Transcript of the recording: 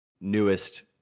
newest